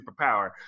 superpower